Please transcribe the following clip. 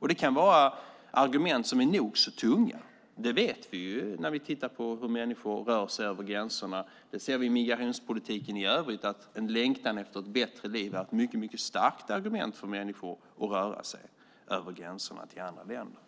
Det kan vara argument som är nog så tunga. Det vet vi när vi tittar på hur människor rör sig över gränserna. Vi ser i migrationspolitiken i övrigt att en längtan efter ett bättre liv är ett mycket starkt argument för människor att röra sig över gränserna till andra länder.